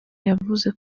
yavuze